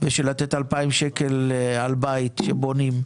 כדי לתת 2,000 ₪ על בית שבונים,